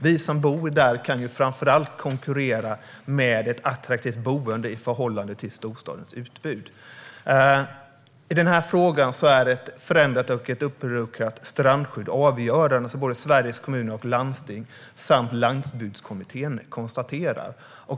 Vi som bor där vet att man framför allt kan konkurrera med ett attraktivt boende i förhållande till storstadens utbud. I denna fråga är ett förändrat och uppluckrat strandskydd avgörande för Sveriges kommuner och landsting, vilket Landsbygdskommittén nu konstaterar.